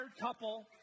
couple